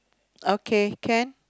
okay can